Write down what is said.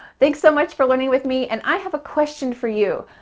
thanks so much for learning with me. and i have a question for you.